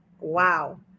wow